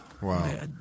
Wow